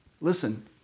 Listen